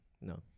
no